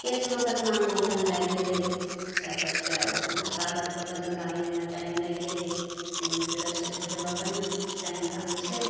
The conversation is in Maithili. केस मोकदमाके उलझन लागि गेलै सबकिछुके ओतना कागज पत्तर निकालैमे टाइम लागि गेलै जमीनके रसीद खोजबाके ने किछु टाइम लागै छै